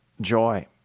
Joy